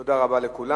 תודה רבה לכולם.